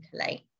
collate